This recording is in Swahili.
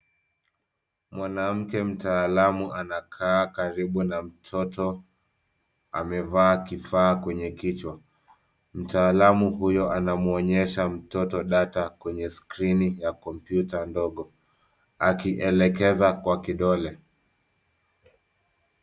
Mwanamke mtaalamu anakaa karibu na mtoto amevaa kifaa kwenye kichwa. Mtaalamu huyo anamwonyesha mtoto data kwenye skrini ya kompyuta ndogo akielekeza kwa kidole.